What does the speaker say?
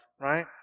right